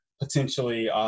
potentially